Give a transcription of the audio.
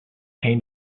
came